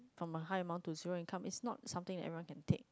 from a high amount to zero income is not something Aaron can take